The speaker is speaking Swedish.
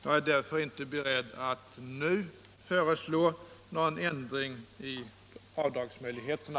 Jag är därför inte beredd att nu föreslå någon ändring i avdragsmöjligheterna.